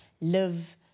live